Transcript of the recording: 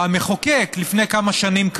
לפני כמה שנים,